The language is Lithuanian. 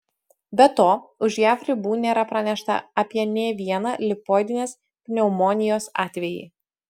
be to už jav ribų nėra pranešta apie nė vieną lipoidinės pneumonijos atvejį